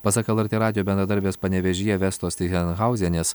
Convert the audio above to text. pasak lrt radijo bendradarbės panevėžyje vestos tyzenhauzienės